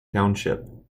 township